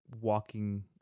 walking